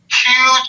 huge